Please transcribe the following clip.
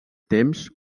temps